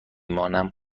مانم